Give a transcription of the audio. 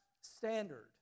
standard